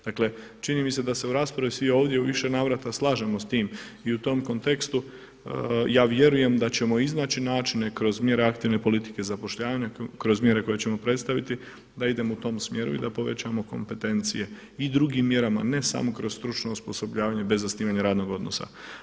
Dakle, čini mi se da se u raspravi svi ovdje u više navrata slažemo s tim i u tom kontekstu ja vjerujem da ćemo iznaći načine kroz mjere aktivne politike zapošljavanja, kroz mjere koje ćemo predstaviti da idemo u tom smjeru i da povećamo kompetencije i drugim mjerama, ne samo kroz stručno osposobljavanje bez zasnivanje radnog odnosa.